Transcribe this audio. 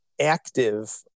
active